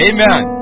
Amen